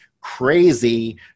crazy